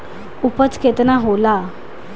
उपज केतना होला?